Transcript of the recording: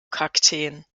kakteen